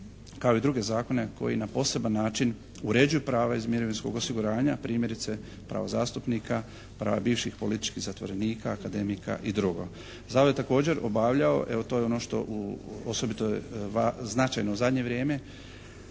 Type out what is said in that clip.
kao i druge zakone koji na poseban način uređuju prava iz mirovinskog osiguranja, primjerice pravo zastupnika, prava bivših političkih zatvorenika, akademika i drugo. Zavod je također obavljao, evo to je ono što osobito je značajno u zadnje vrijeme